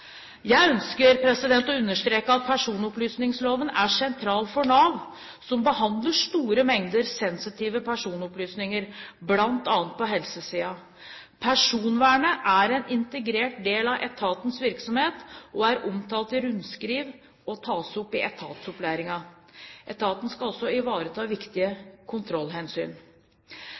Jeg ønsker å understreke at personopplysningsloven er sentral for Nav, som behandler store mengder sensitive personopplysninger, bl.a. på helsesiden. Personvernet er en integrert del av etatens virksomhet, er omtalt i rundskriv og tas opp i etatsopplæringen. Etaten skal også ivareta viktige kontrollhensyn.